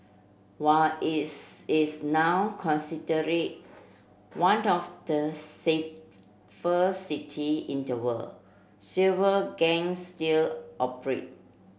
while is is now considered one the of the safest for city in the world several gangs still operate